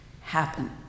happen